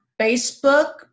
Facebook